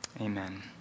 amen